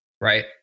right